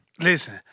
listen